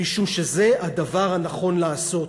משום שזה הדבר הנכון לעשות.